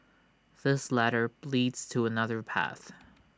this ladder leads to another path